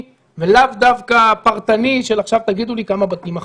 ולאו דווקא פרטני של עכשיו תגידו לי כמה בתים אכפתם.